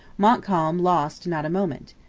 montcalm lost not a moment.